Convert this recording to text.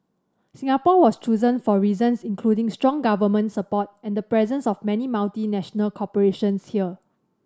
Singapore was chosen for reasons including strong government support and the presence of many multinational corporations here